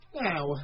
Now